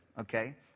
Okay